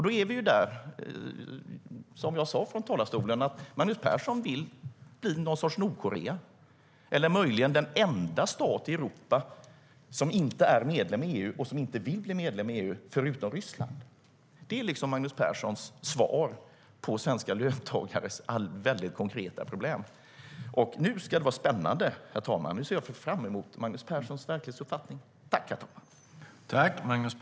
Då är vi där som jag sa i talarstolen - Magnus Persson vill ha någon sorts Nordkorea eller möjligen den enda stat i Europa som inte är medlem i EU och som inte vill bli medlem i EU, förutom Ryssland. Det är Magnus Perssons svar på svenska löntagares konkreta problem.